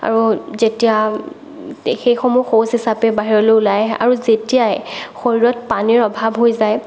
আৰু যেতিয়া সেইসমূহ শৌচ হিচাপে বাহিৰলৈ ওলাই আহে আৰু যেতিয়াই শৰীৰত পানীৰ অভাৱ হৈ যায়